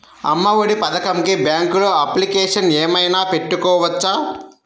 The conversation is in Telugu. అమ్మ ఒడి పథకంకి బ్యాంకులో అప్లికేషన్ ఏమైనా పెట్టుకోవచ్చా?